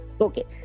okay